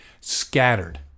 Scattered